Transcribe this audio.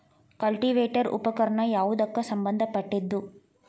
Cultivator ಉಪಕರಣ ಯಾವದಕ್ಕ ಸಂಬಂಧ ಪಟ್ಟಿದ್ದು?